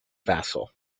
vassal